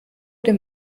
dem